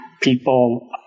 people